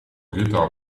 guitar